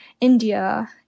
India